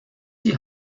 die